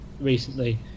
recently